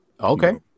Okay